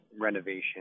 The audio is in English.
renovation